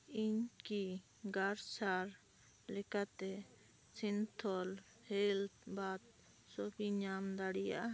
ᱤᱧ ᱠᱤ ᱜᱟᱨᱥᱟᱨ ᱞᱮᱠᱟᱛᱮ ᱥᱤᱱᱛᱷᱚᱞ ᱦᱮᱞᱛᱷ ᱵᱟ ᱥᱚᱯ ᱤᱧ ᱧᱟᱢ ᱫᱟᱲᱮᱭᱟᱜᱼᱟ